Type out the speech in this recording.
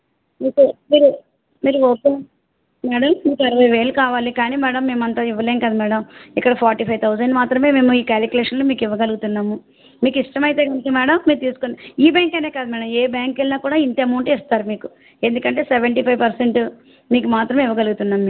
okay మీరు మీరు okay madam మీకు అరవై వేలు కావాలి కాని మేడం మేము అంత ఇవ్వలేము కదా మేడం ఇక్కడ ఫోర్టీ ఫైవ్ థౌసండ్ మాత్రమే మేము ఈ క్యాలికిలేషన్ ఇవ్వగలుగుతున్నాము మీకు ఇష్టమైతే కనుక మేడం మీరు తీసుకోండి ఈ బ్యాంకు అనే కాదు మేడం ఏ బ్యాంకుకి వెళ్ళినా ఇంత అమౌంట్ ఇస్తారు మీకు ఎందుకంటే సెవెంటీ ఫైవ్ పర్సెంట్ మీకు మాత్రమే ఇవ్వగలుగుతున్నాము మేము